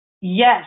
yes